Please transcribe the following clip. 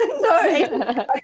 No